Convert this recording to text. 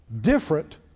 different